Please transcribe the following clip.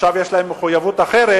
עכשיו יש להם מחויבות אחרת,